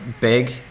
big